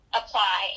apply